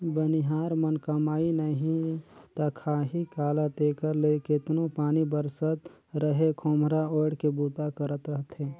बनिहार मन कमाही नही ता खाही काला तेकर ले केतनो पानी बरसत रहें खोम्हरा ओएढ़ के बूता करत रहथे